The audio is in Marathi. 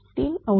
KrTr x3